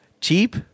cheap